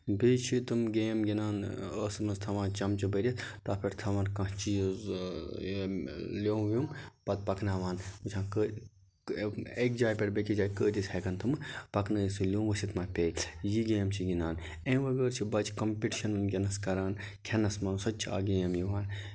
بیٚیہِ چھِ تِم گیم گِندان ٲسَس منٛز تھاوان چمچہٕ بٔرِتھ تَتھ پٮ۪ٹھ تھاوان کانہہ چیٖز لیموٚب ویموٚب پَتہٕ پَکاناوان وٕچھان ک اَکہِ جایہِ پٮ۪ٹھ بیٚکہِ جایہِ کۭتِس ہٮ۪کن تٕم پَکنٲیِتھ سُہ لیموٚب وٕچھِتھ مہ پیہِ یہِ گیم چھِ گِندان اَمہِ وغٲر چھِ بَچہٕ کَمپِٹشن وٕنکیٚنَس کران کھٮ۪نَس منٛز سۄ تہِ چھےٚ اکھ گیم یِوان